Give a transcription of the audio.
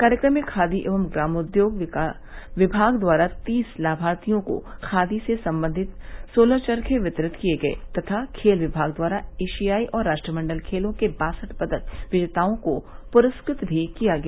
कार्यक्रम में खादी एवं ग्रामोद्योग विभाग द्वारा तीस लामार्थियों को खादी से सम्बन्धित सोलर चर्खे वितरित किये गये तथा खेल विमाग द्वारा एशियाई और राष्ट्रमंडल खेलों के बासठ पदक विजेताओं को पुरस्कृत भी किया गया